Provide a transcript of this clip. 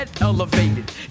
elevated